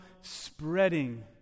spreading